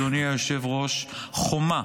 אדוני היושב-ראש, חומה